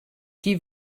die